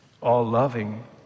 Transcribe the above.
all-loving